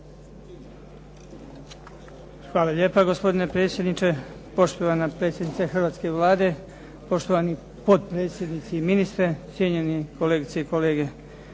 Hvala lijepa. Gospodine predsjedniče, poštovana predsjednice hrvatske Vlade, poštovani potpredsjednici i ministre, cijenjeni kolegice i kolege.